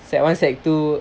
sec one sec two